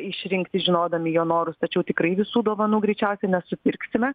išrinkti žinodami jo norus tačiau tikrai visų dovanų greičiausiai nesupirksime